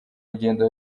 rugendo